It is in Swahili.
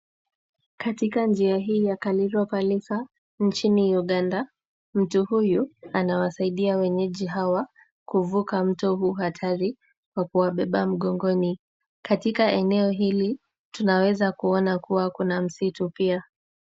Katika njia hii ya Kanilo Parisa nchini Uganda, mtu huyu anawasaidia wenyeji hawa kuvuka mto huu hatari kwa kuwabeba mgongoni. Katika eno hili, tunaweza kuona kuwa kuna msitu pia.